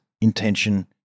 intention